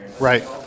Right